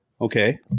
Okay